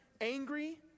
angry